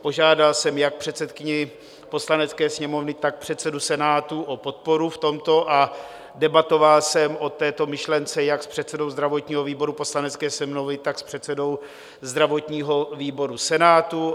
Požádal jsem jak předsedkyni Poslanecké sněmovny, tak předsedu Senátu o podporu v tomto a debatoval jsem o této myšlence jak s předsedou zdravotního výboru Poslanecké sněmovny, tak s předsedou zdravotního výboru Senátu.